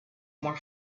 more